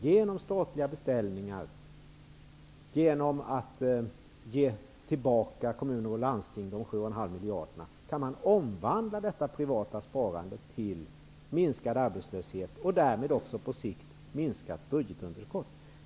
Genom statliga beställningar och genom att ge tillbaka de 7,5 miljarderna till kommuner och landsting kan det privata sparandet omvandlas till en mindre arbetslöshet, och därmed på sikt också till ett minskat budgetunderskott.